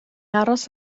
aros